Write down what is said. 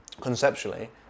conceptually